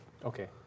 Okay